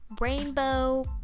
rainbow